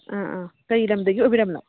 ꯑꯥ ꯑꯥ ꯀꯔꯤ ꯂꯝꯗꯒꯤ ꯑꯣꯏꯕꯤꯔꯕꯅꯣ